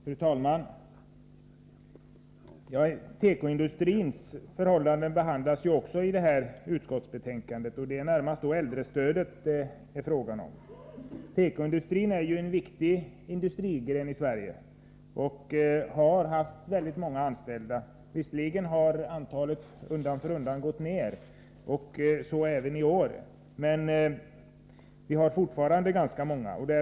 Fru talman! Förhållandena inom tekoindustrin behandlas ju också i det här betänkandet. Det är närmast äldrestödet det är fråga om. Tekoindustrin är en viktig industrigren i Sverige, och den har haft många anställda. Visserligen har antalet undan för undan gått ner — och så även i år — men det finns fortfarande ganska många anställda.